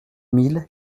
mille